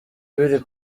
biri